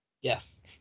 Yes